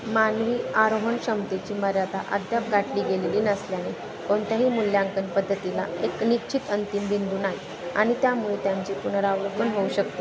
मानवी आरोहण क्षमतेची मर्यादा अद्याप गाठली गेलेली नसल्याने कोणत्याही मूल्यांकन पद्धतीला एक निश्चित अंतिम बिंदू नाही आणि त्यामुळे त्यांची पुनरावृत्ती पण होऊ शकते